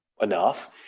enough